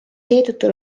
seetõttu